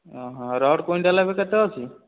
rod quintal ଏବେ କେତେ ଅଛି